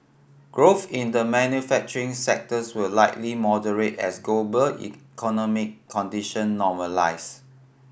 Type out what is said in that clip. growth in the manufacturing sectors will likely moderate as global economic condition normalise